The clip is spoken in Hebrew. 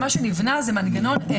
ולהגיד מה המורכבות שלנו עם המנגנון.